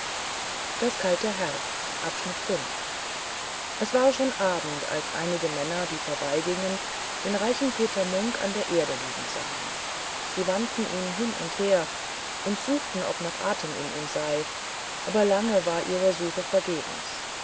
es war schon abend als einige männer die vorbeigingen den reichen peter munk an der erde liegen sahen sie wandten ihn hin und her und suchten ob noch atem in ihm sei aber lange war ihr suchen vergebens